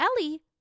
Ellie